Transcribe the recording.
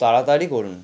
তাড়াতাড়ি করুন